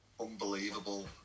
unbelievable